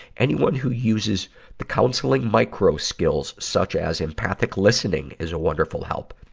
anyone who uses the counseling microskills such as empathic listening is a wonderful help.